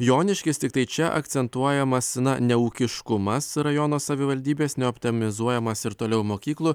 joniškis tiktai čia akcentuojamas neūkiškumas rajono savivaldybės ne optimizuojamas ir toliau mokyklų